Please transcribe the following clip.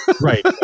Right